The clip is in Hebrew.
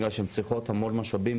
בסיוע במעבר לענן,